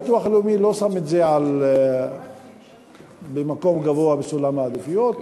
הביטוח הלאומי לא שם את זה במקום גבוה בסולם העדיפויות.